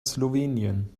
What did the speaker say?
slowenien